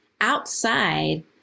Outside